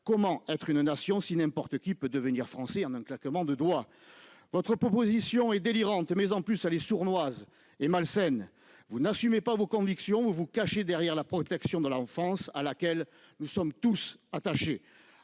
comment être une nation si n'importe qui peut devenir français en un claquement de doigts, votre proposition est délirante mais en plus ça les sournoise et malsaine vous n'assumez pas vos convictions, vous vous cachez derrière la protection de l'enfance à laquelle nous sommes tous attachés,